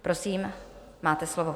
Prosím, máte slovo.